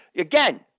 Again